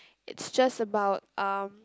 it's just about um